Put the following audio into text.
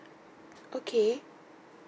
okay